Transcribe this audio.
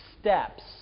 steps